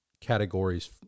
categories